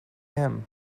him